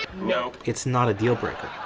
you know it's not a deal breaker.